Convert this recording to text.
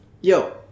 yo